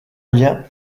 lien